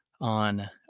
on